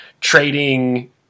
trading